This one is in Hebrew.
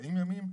40 ימים,